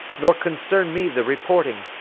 nor concern me the reporting.